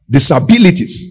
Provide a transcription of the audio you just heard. Disabilities